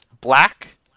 Black